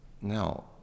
Now